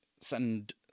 send